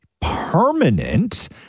permanent